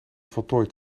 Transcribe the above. voltooid